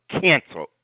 cancel